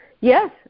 Yes